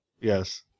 Yes